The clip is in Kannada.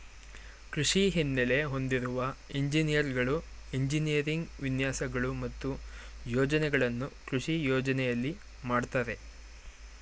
ಕೃಷಿ ಹಿನ್ನೆಲೆ ಹೊಂದಿರುವ ಎಂಜಿನಿಯರ್ಗಳು ಎಂಜಿನಿಯರಿಂಗ್ ವಿನ್ಯಾಸಗಳು ಮತ್ತು ಯೋಜನೆಗಳನ್ನು ಕೃಷಿ ಯೋಜನೆಯಲ್ಲಿ ಮಾಡ್ತರೆ